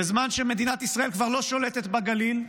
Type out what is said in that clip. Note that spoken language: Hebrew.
בזמן שמדינת ישראל כבר לא שולטת בגליל,